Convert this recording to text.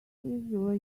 were